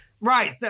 Right